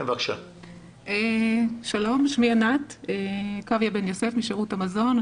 אני משירות המזון.